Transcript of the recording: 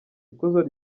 ikuzo